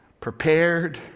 prepared